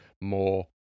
more